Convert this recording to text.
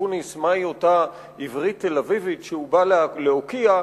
מהי אותה עברית תל-אביבית שחבר הכנסת אקוניס בא להוקיע.